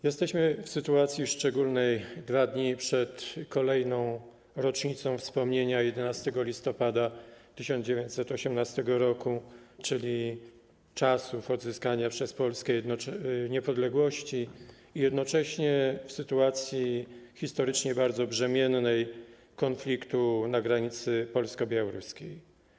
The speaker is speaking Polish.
Jesteśmy w sytuacji szczególnej, 2 dni przed kolejną rocznicą wspomnienia 11 listopada 1918 r., czyli czasu odzyskania przez Polskę niepodległości, i jednocześnie w sytuacji historycznie bardzo brzemiennej, w sytuacji konfliktu na granicy polsko-białoruskiej.